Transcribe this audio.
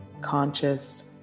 conscious